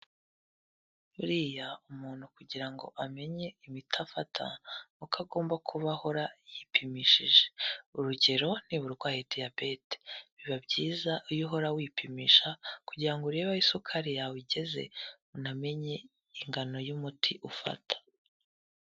Buriya umuntu kugira ngo amenye imiti afata uko agomba kuba ahora yipimishije, urugero niba urwaye diyabete biba byiza iyo uhora wipimisha kugira ngo urebe aho isukari yawe igeze, unamenye ingano y'umuti ufata.